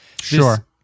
sure